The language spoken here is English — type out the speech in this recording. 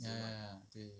ya ya ya